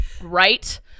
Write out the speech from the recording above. Right